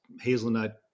hazelnut